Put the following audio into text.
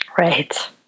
Right